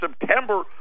September